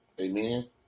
Amen